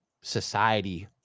society